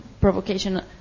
provocation